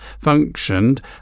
functioned